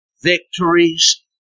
victories